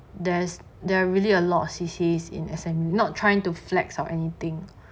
there's there really a lot of C_C_A in S_M_U not trying to flex or anything